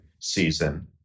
season